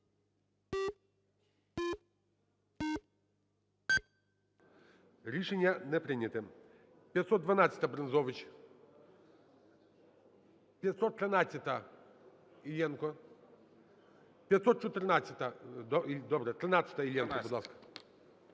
Рішення не прийняте.